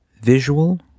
Visual